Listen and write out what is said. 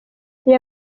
aya